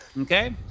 Okay